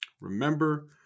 Remember